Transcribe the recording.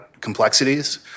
complexities